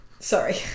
Sorry